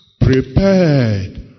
prepared